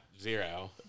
Zero